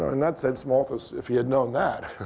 and that sense, malthus, if he had known that,